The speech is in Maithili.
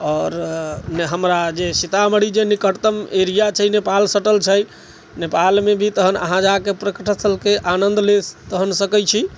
आओर हमरा जे सीतामढ़ी जे निकटतम एरिआ छै नेपाल सटल छै नेपालमे भी तहन अहाँ जाके पर्यटक स्थलके आनन्द लै तहन सकैत छी